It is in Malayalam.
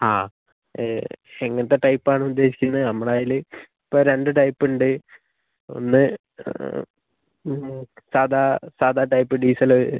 ആ എങ്ങനത്തെ ടൈപ്പ് ആണ് ഉദ്ദേശിക്കുന്നത് നമ്മുടെ കയ്യിൽ ഇപ്പോൾ രണ്ടു ടൈപ്പ് ഉണ്ട് ഒന്ന് സാദാ സാദാ ടൈപ്പ് ഡീസൽ